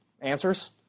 answers